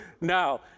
Now